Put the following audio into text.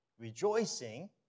rejoicing